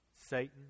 Satan